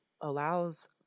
allows